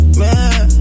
man